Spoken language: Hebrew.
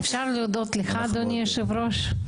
אפשר להודות לך, אדוני היושב ראש?